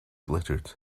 glittered